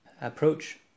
approach